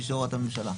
כהוראת הממשלה.